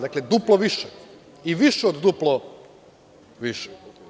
Dakle, duplo više i više od duplo više.